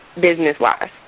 business-wise